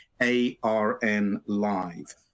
ARNLive